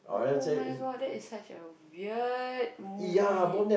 [oh]-my-god that is such a weird movie